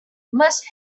must